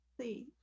see